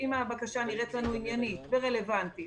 אם הבקשה נראית לנו עניינית ורלוונטית